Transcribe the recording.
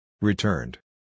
Returned